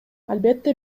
албетте